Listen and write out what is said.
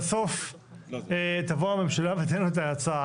חברים, בואו, בסף תבוא הממשלה ותיתן את ההצעה.